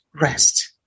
Rest